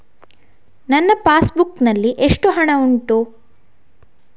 ನನ್ನ passbook ನಲ್ಲಿ ಎಷ್ಟು ಹಣ ಉಂಟು?